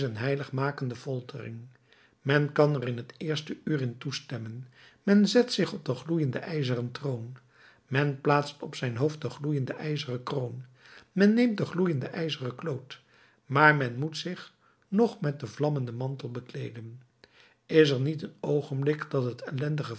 een heiligmakende foltering men kan er in t eerste uur in toestemmen men zet zich op den gloeienden ijzeren troon men plaatst op zijn hoofd de gloeiende ijzeren kroon men neemt den gloeienden ijzeren kloot maar men moet zich nog met den vlammenden mantel bekleeden is er niet een oogenblik dat het ellendige